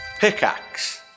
Pickaxe